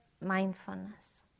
mindfulness